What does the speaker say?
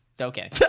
Okay